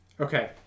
Okay